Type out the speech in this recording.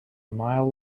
mile